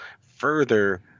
further